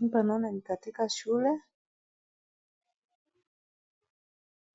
Hapa ninaona ni katika shule.